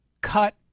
cut